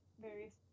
various